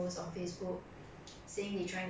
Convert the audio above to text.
ya so I just jio you also lor